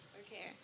Okay